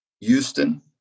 Houston